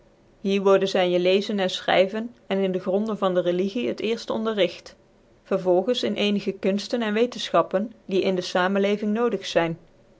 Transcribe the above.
hier worden zy in lezen en fchryven en in de gronden van dc religie het cerft onderrigt vervolgens in ccnigc konftcn en wetenfchappen die in de samenleving nodig zyn